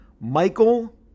michael